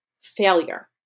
failure